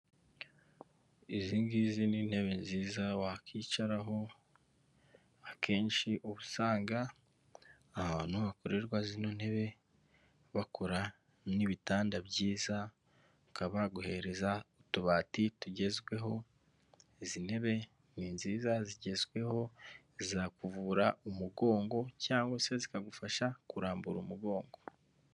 izi ngizi n'intebe nziza wakwicaraho, akenshi usanga ahantu hakorerwa zino ntebe bakora n'ibitanda byiza bakaba baguhereza utubati tugezweho; izi ntebe ni nziza zigezweho zizakuvura umugongo cyangwa se zikagufasha kurambura umugongo.